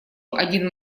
один